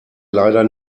leider